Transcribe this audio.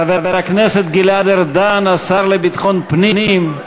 חבר הכנסת גלעד ארדן, השר לביטחון פנים,